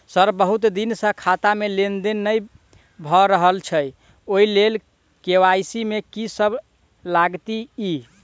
Sir बहुत दिन सऽ खाता मे लेनदेन नै भऽ रहल छैय ओई लेल के.वाई.सी मे की सब लागति ई?